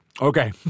Okay